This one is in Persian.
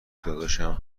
داداشم